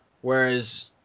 Whereas